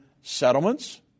settlements